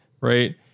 right